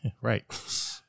Right